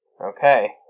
Okay